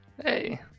Hey